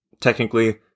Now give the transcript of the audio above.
Technically